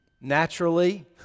Naturally